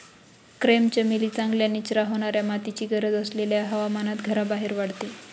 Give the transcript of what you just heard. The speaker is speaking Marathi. क्रेप चमेली चांगल्या निचरा होणाऱ्या मातीची गरज असलेल्या हवामानात घराबाहेर वाढते